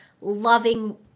loving